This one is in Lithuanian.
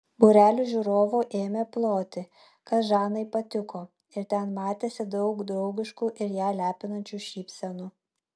būrelis žiūrovų ėmė ploti kas žanai patiko ir ten matėsi daug draugiškų ir ją lepinančių šypsenų